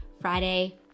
Friday